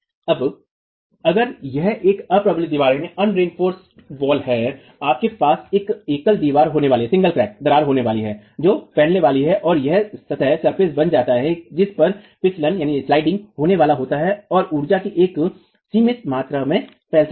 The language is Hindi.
अब अगर यह एक अ प्रबलित दीवार है आपके पास एक एकल दरार होने वाली है जो फैलने वाली है और वह सतह बन जाता है जिस पर फिसलन होने वाला होता है और ऊर्जा की एक सीमित मात्रा में फैल सकता है